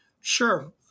Sure